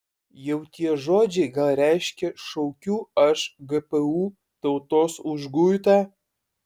jau tie žodžiai gal reiškia šaukiu aš gpu tautos užguitą